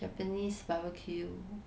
japanese barbecue